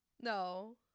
No